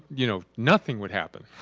you know, nothing would happen.